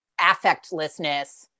affectlessness